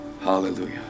Hallelujah